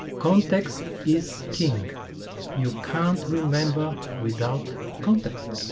context is king you can't remember without context